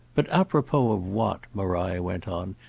but apropos of what, maria went on,